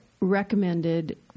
recommended